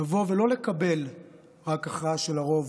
לבוא ולא לקבל רק הכרעה של הרוב.